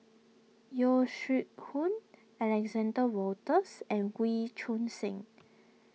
Yeo Shih Yun Alexander Wolters and Wee Choon Seng